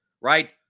right